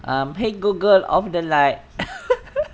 um !hey! google off the light